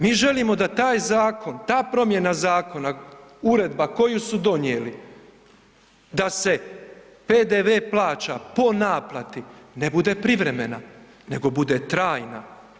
Mi želimo da taj zakon, ta promjena zakona, uredba koju su donijeli da se PDV plaća po naplati ne bude privremena nego bude trajna.